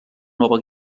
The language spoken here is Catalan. nova